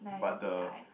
but the